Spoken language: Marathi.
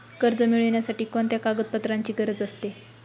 कर्ज मिळविण्यासाठी कोणत्या कागदपत्रांची गरज असते?